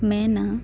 ᱢᱮᱱᱟ